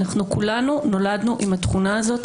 אנחנו כולנו נולדנו עם התכונה הזאת,